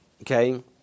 okay